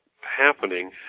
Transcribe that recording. happening